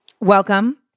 Welcome